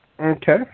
Okay